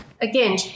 again